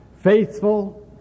faithful